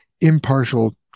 impartial